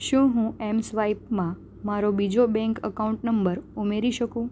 શું હું એમસ્વાઈપમાં મારો બીજો બેંક અકાઉન્ટ નંબર ઉમેરી શકું